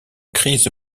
crise